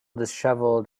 dishevelled